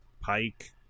Pike